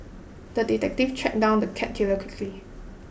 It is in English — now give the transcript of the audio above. the detective tracked down the cat killer quickly